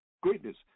greatness